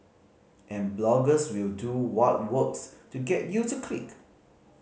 and bloggers will do what works to get you to click